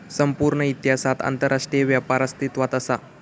संपूर्ण इतिहासात आंतरराष्ट्रीय व्यापार अस्तित्वात असा